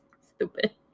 Stupid